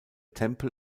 tempel